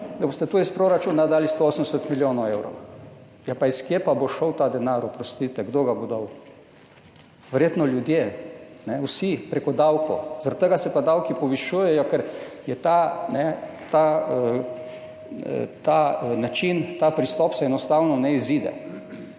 boste tu iz proračuna dali 180 milijonov evrov. Ja od kod pa bo prišel ta denar? Oprostite, kdo ga bo dal? Verjetno vsi ljudje prek davkov, zaradi tega se pa davki povišujejo, ker se ta način, ta pristop enostavno ne izide.